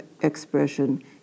expression